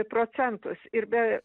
procentus ir be